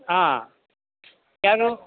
ಹಾಂ ಯಾರು